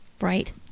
right